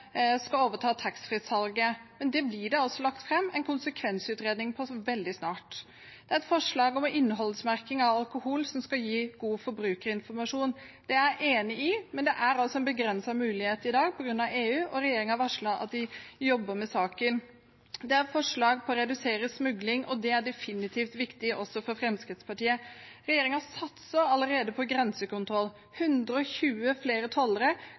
skal overta taxfree-salget, men det blir det altså lagt fram en konsekvensutredning av veldig snart. Et forslag om innholdsmerking av alkohol som skal gi god forbrukerinformasjon, er jeg enig i, men det er en begrenset mulighet i dag på grunn av EU, og regjeringen varsler at de jobber med saken. Det er fremmet forslag for å redusere smugling, og det er definitivt viktig også for Fremskrittspartiet. Regjeringen satser allerede på grensekontroll – 120 flere tollere,